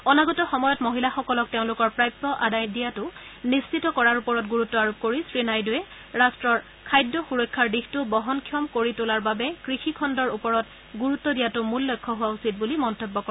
অনাগত সময়ত মহিলাসকলক তেওঁলোকৰ প্ৰাপ্য আদায় দিয়াতো নিশ্চিত কৰাৰ ওপৰত গুৰুত্ আৰোপ কৰি শ্ৰী নাইডূৱে ৰাট্টৰ খাদ্য সুৰক্ষাৰ দিশটো বহনক্ষম কৰি তোলাৰ বাবে কৃষি খণ্ডৰ ওপৰত গুৰুত্ব দিয়াটো মূল লক্ষ্য হোৱা উচিত বুলি মন্তব্য কৰে